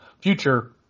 future